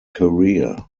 career